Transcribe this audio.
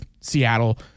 Seattle